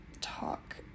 talk